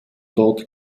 dort